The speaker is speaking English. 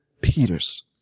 Peters